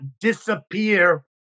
disappear